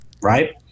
right